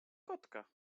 kotka